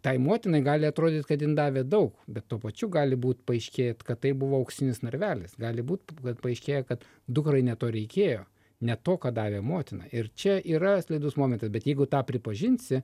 tai motinai gali atrodyti kad jin davė daug bet tuo pačiu gali būt paaiškėt kad tai buvo auksinis narvelis gali būt kad paaiškėja kad dukrai ne to reikėjo ne to ką davė motina ir čia yra slidus momentas bet jeigu tą pripažinsi